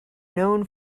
known